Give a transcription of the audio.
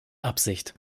absicht